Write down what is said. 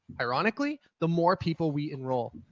ironically, the more people we enroll.